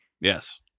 Yes